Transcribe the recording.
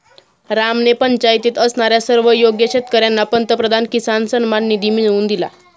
रामने पंचायतीत असणाऱ्या सर्व योग्य शेतकर्यांना पंतप्रधान किसान सन्मान निधी मिळवून दिला